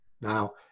Now